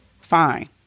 fine